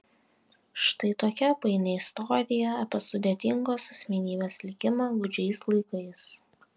štai tokia paini istorija apie sudėtingos asmenybės likimą gūdžiais laikais